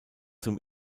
zum